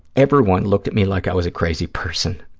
everyone looked at me like i was a crazy person.